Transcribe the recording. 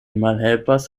malhelpas